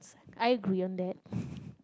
I agree on that